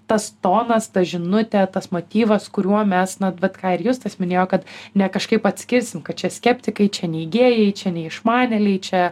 tas tonas ta žinutė tas motyvas kuriuo mes na vat ką ir justas minėjo kad ne kažkaip atskirsim kad čia skeptikai čia neigėjai čia neišmanėliai čia